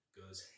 goes